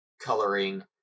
coloring